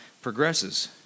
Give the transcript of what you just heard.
progresses